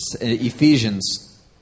Ephesians